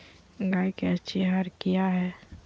गाय के अच्छी आहार किया है?